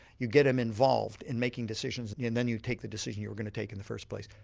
you get them involved in making decisions yeah and then you take the decision you were going to take in the first place.